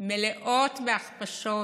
מלאות בהכפשות,